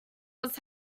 was